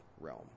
realm